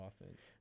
offense